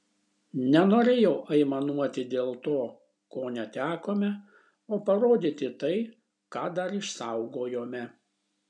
nenorėjau aimanuoti dėl to ko netekome o parodyti tai ką dar išsaugojome